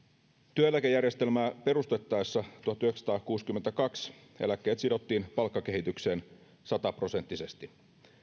työeläkejärjestelmää perustettaessa tuhatyhdeksänsataakuusikymmentäkaksi eläkkeet sidottiin palkkakehitykseen sataprosenttisesti